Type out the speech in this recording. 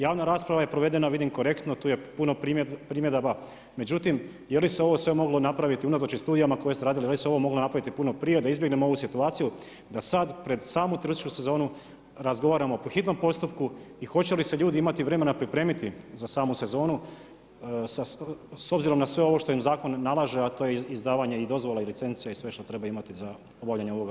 Javna rasprava je provedena, vidim korektno, tu je puno primjedaba, međutim, je li se ovo sve moglo napraviti unatoč i studijama koje ste radili, da li se ovo moglo napraviti puno prije, da izbjegnemo ovu situaciju, da sada pred samu turističku sezonu razgovaramo pod hitnom postupku i hoće li se ljudi imati vremena pripremiti za samu sezonu, s obzirom na sve ovo što im zakon nalaže a to je izdavanje i dozvola i licence i sve što treba imati za obavljanje ovoga posla.